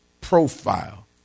profile